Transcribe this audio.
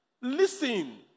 Listen